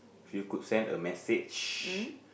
if you could send a message